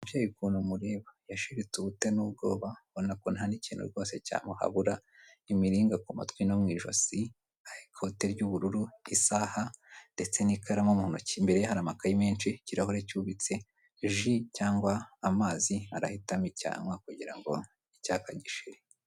Uyu mubyeyi ukuntu mureba yashiritse ubute n'ubwoba mbona ko nta ntaniikintu rwose cyamuhabura imiringa ku matwi no mu ijosi, hari ikote ry'ubururu, isaha ndetse n'ikaramu mu ntoki, imbere hari amakayi menshi ikirahure cyubits jI cyangwa amazi arahitamo icyawa kugira ngo icyaka gishire.